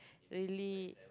really